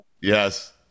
Yes